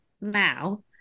now